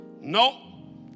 No